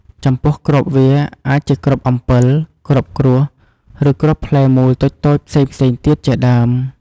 ចំពោះ គ្រាប់វាអាចជាគ្រាប់អំពិល គ្រាប់គ្រួស ឬគ្រាប់ផ្លែមូលតូចៗផ្សេងៗទៀតជាដើម។